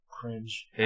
Cringe